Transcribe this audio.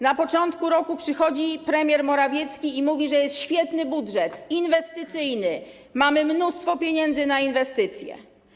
Na początku roku przychodzi premier Morawiecki i mówi, że jest świetny budżet - inwestycyjny, mamy mnóstwo pieniędzy na inwestycje.